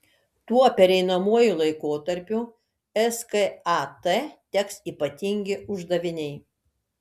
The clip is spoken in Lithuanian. tuo pereinamuoju laikotarpiu skat teks ypatingi uždaviniai